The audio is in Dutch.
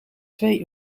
twee